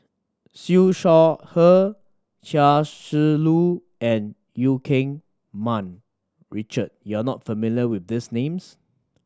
Siew Shaw Her Chia Shi Lu and Eu Keng Mun Richard you are not familiar with these names